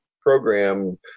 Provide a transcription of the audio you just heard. program